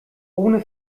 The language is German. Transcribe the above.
ohne